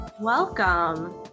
Welcome